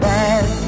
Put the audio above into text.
Bad